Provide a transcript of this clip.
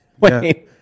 Wait